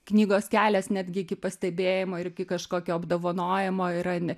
knygos kelias netgi iki pastebėjimo ir iki kažkokio apdovanojimo yra ne